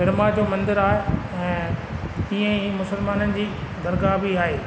ब्रह्मा जो मंदरु आहे त ईअं ई मुसलमाननि जी दरगाह बि आहे